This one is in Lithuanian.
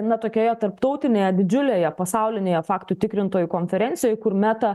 na tokioje tarptautinėje didžiulėje pasaulinėje faktų tikrintojų konferencijoj kur meta